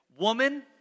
woman